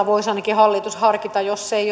voisi hallitus ainakin harkita jos ei